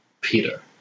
Peter